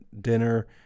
dinner